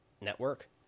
network